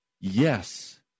yes